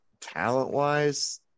talent-wise